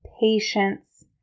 patience